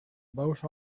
both